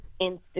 Instagram